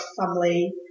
family